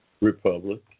republic